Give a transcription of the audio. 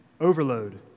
overload